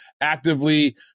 actively